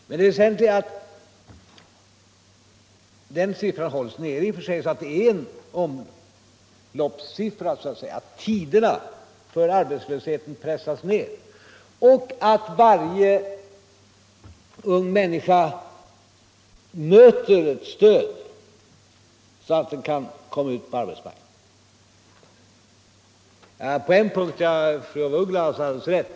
Men det väsentliga är att den siffran i och för sig hålls nere, och att det är en omloppssiffra så att säga, att tiderna för arbetslösheten pressas ned och att varje ung människa möter ett stöd, så att hon kan komma ut på arbetsmarknaden. På en punkt ger jag fru af Ugglas alldeles rätt.